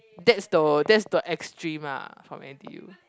that's the that's the extreme ah from N_T_U